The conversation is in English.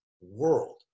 world